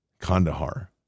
Kandahar